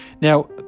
now